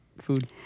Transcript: food